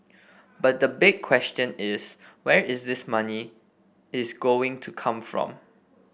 but the big question is where is this money is going to come from